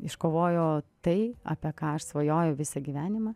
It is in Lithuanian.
iškovojau tai apie ką aš svajojau visą gyvenimą